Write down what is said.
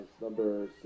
number